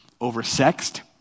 Over-sexed